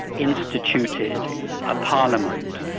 instituted a parliament,